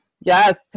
yes